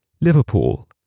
Liverpool